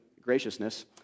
graciousness